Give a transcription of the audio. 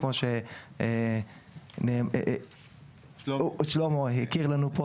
כמו אלה ששלמה הכיר לנו,